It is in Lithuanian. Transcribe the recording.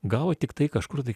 gavo tiktai kažkur tai